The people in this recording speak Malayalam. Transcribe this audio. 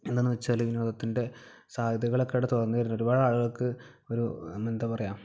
എന്തെന്ന് വെച്ചാല് വിനോദത്തിൻ്റെ സാധ്യതകളൊക്കെ അവിടെ തുറന്ന് വരുന്നുണ്ട് ഒരുപാട് ആളുകൾക്ക് ഒരു എന്താ പറയുക